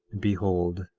behold,